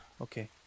Okay